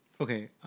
Okay